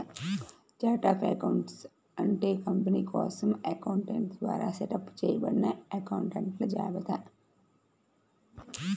chart of accounts అంటే company కోసం accountant ద్వారా సెటప్ చేయబడిన అకొంట్ల జాబితా